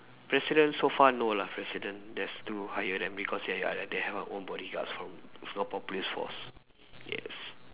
president so far no lah president there's to hire them because they have their they have their own bodyguards from Singapore police force yes